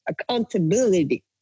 Accountability